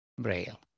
Braille